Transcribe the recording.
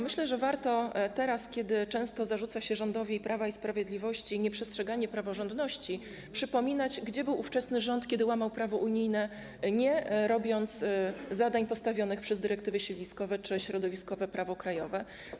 Myślę, że warto teraz, kiedy to często zarzuca się rządowi Prawa i Sprawiedliwości nieprzestrzeganie praworządności, przypominać, pytać, gdzie był ówczesny rząd, kiedy łamał prawo unijne, nie wykonując zadań postawionych przez dyrektywy siedliskowe czy środowiskowe prawo krajowe.